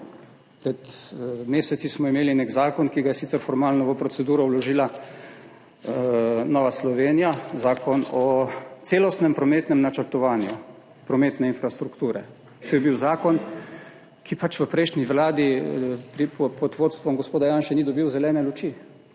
meseci smo imeli nek zakon, ki ga je sicer formalno v proceduro vložila Nova Slovenija, Zakon o celostnem prometnem načrtovanju prometne infrastrukture. To je bil zakon, ki pač v prejšnji vladi pod vodstvom gospoda Janše ni dobil zelene luči,